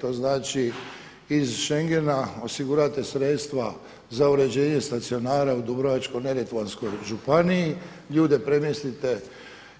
To znači iz Schengena osigurate sredstva za uređene stacionara u Dubrovačko-neretvanskoj županiji, ljude premjestite